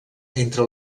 entre